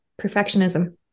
perfectionism